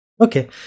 okay